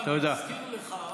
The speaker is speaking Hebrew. אני אזכיר לך,